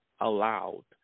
allowed